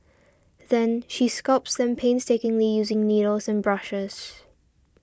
then she sculpts them painstakingly using needles and brushes